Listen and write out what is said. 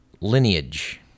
lineage